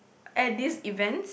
at this event